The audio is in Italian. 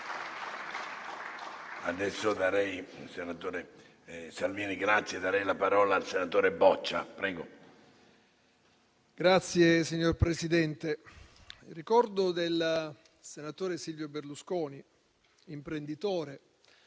Signor Presidente, il ricordo del senatore Silvio Berlusconi, imprenditore,